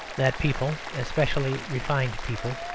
that people, especially refined people,